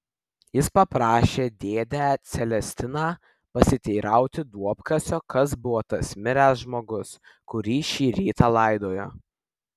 jis paprašė dėdę celestiną pasiteirauti duobkasio kas buvo tas miręs žmogus kurį šį rytą laidojo